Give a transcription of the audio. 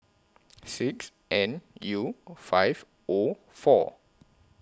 six N U five O four